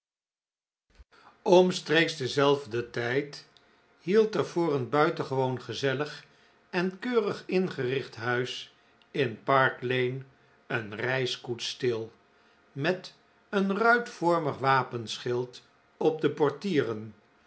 mstreeks denzelfden tijd hield er voor een buitengewoon gezellig en keurig ingep p richt huis in park lane een reiskoets stil met een ruitvormig wapenschild op de p